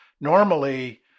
Normally